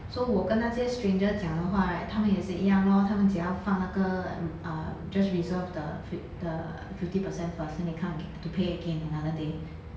so 我跟那些 stranger 讲的话 right 他们也是一样 lor 他们只要放那个 uh just reserve 的 fi~ 的 fifty percent first then 你 come ag~ to pay again another day